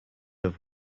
have